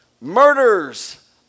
murders